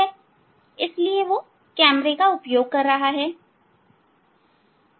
इसलिए वे कैमरा उपयोग कर रहे हैं